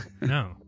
No